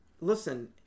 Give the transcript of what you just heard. Listen